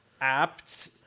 apt